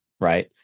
right